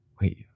Wait